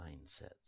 mindsets